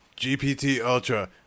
GPT-Ultra